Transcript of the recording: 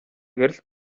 гэрэлд